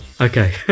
Okay